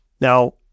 Now